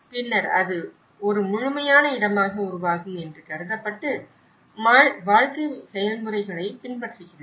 பின்னர் அது ஒரு முழுமையான இடமாக உருவாகும் என்று கருதப்பட்டு வாழ்க்கை செயல்முறைகளைப் பின்பற்றுகிறது